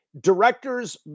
directors